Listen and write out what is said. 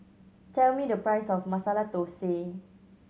tell me the price of Masala Thosai